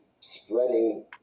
spreading